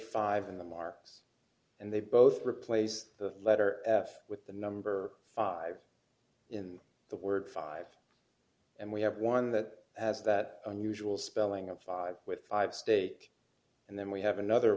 five of them are us and they both replace the letter f with the number five in the word five and we have one that has that unusual spelling of five with five states and then we have another